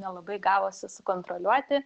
nelabai gavosi sukontroliuoti